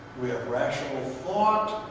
we have rational thought,